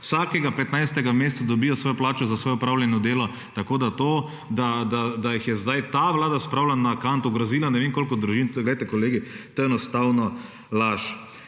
vsakega 15. v mesecu dobijo svojo plačo za svojo opravljeno delo, tako da to, da jih je zdaj ta vlada spravila na kant ogrozila ne vem koliko družin, glejte kolegi to je enostavno laž.